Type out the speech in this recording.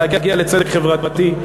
להגיע לצדק חברתי.